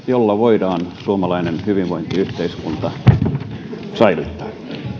jolla voidaan suomalainen hyvinvointiyhteiskunta säilyttää